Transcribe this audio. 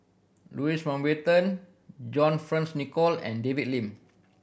Louis Mountbatten John Fearns Nicoll and David Lim